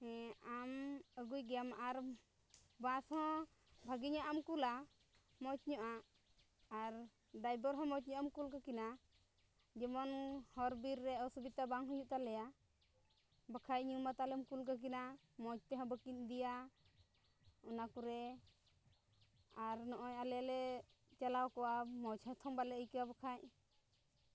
ᱦᱮᱸ ᱟᱢ ᱟᱹᱜᱩᱭ ᱜᱮᱭᱟᱢ ᱟᱨ ᱵᱟᱥ ᱦᱚᱸ ᱵᱷᱟᱹᱜᱤ ᱧᱚᱜ ᱟᱜ ᱮᱢ ᱠᱩᱞᱟ ᱢᱚᱡᱽ ᱧᱚᱜ ᱟᱜ ᱟᱨ ᱰᱟᱭᱵᱷᱟᱨ ᱦᱚᱸ ᱢᱚᱡᱽ ᱧᱚᱜ ᱮᱢ ᱠᱩᱞ ᱠᱟᱹᱠᱤᱱᱟ ᱡᱮᱢᱚᱱ ᱦᱚᱨ ᱵᱤᱨ ᱨᱮ ᱚᱥᱩᱵᱤᱫᱷᱟ ᱵᱟᱝ ᱦᱩᱭᱩᱜ ᱛᱟᱞᱮᱭᱟ ᱵᱟᱠᱷᱟᱱ ᱧᱩ ᱢᱟᱛᱟᱞᱮᱢ ᱠᱩᱞ ᱠᱟᱹᱠᱤᱱᱟ ᱢᱚᱡᱽ ᱛᱮᱦᱚᱸ ᱵᱟᱹᱠᱤᱱ ᱤᱫᱤᱭᱟ ᱚᱱᱟ ᱠᱚᱨᱮ ᱟᱨ ᱱᱚᱜᱼᱚᱭ ᱟᱞᱮ ᱞᱮ ᱪᱟᱞᱟᱣ ᱠᱚᱜᱼᱟ ᱢᱚᱡᱽ ᱦᱚᱸᱛᱚ ᱵᱟᱞᱮ ᱟᱹᱭᱠᱟᱹᱣᱟ ᱵᱟᱠᱷᱟᱱ